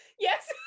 Yes